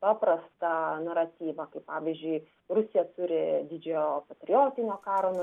paprastą naratyvą kaip pavyzdžiui rusija turi didžiojo patriotinio karo